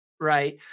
right